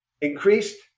increased –